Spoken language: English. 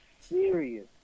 serious